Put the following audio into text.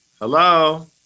Hello